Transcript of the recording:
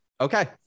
Okay